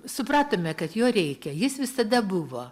supratome kad jo reikia jis visada buvo